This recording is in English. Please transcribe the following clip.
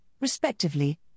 respectively